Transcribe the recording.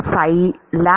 சைலாப்